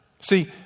See